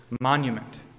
monument